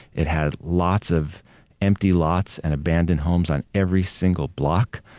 it had lots of empty lots and abandoned homes on every single block.